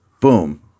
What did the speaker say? boom